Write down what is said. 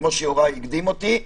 וכמו שיוראי הקדים אותי,